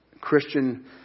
Christian